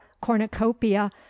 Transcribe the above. cornucopia